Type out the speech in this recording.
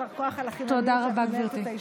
ישר כוח על החינניות שבה את מנהלת את הישיבה.